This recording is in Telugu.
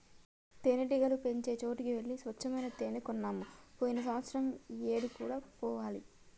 తేనెటీగలు పెంచే చోటికి వెళ్లి స్వచ్చమైన తేనే కొన్నాము పోయిన సంవత్సరం ఈ ఏడు కూడా పోవాలి